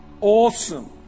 awesome